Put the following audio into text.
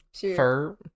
fur